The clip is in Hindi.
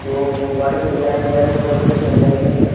तो वो गाड़ी से ही आएगा गाड़ी दरवाजे तक नहीं आई सर तो